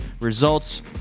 results